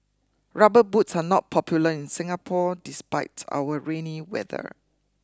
Rubber boots are not popular in Singapore despite our rainy weather